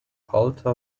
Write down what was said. altaj